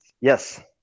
Yes